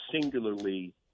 singularly